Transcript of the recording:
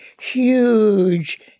huge